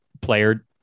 player